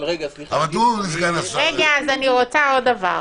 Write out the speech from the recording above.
אני רוצה עוד דבר.